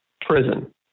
prison